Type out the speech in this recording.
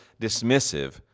dismissive